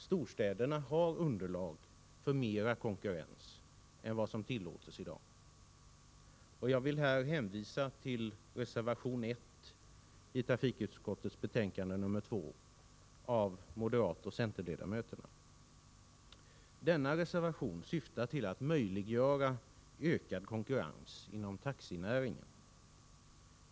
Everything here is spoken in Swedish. Storstäderna har underlag för mer konkurrens än vad som tillåts i dag. Jag vill här hänvisa till reservation 1 i trafikutskottets betänkande 2 av moderatoch centerledamöterna. Denna reservation syftar till att möjliggöra ökad konkurrens inom taxinäringen.